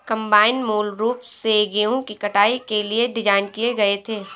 combine मूल रूप से गेहूं की कटाई के लिए डिज़ाइन किए गए थे